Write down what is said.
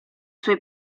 suoi